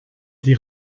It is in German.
die